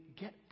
get